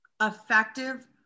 effective